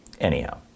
Anyhow